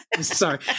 Sorry